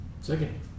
Second